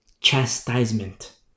chastisement